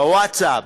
בווטסאפ,